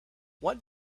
what